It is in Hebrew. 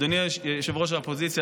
אדוני יושב-ראש האופוזיציה,